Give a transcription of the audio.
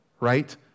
right